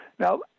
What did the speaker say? Now